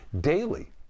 daily